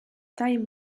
taille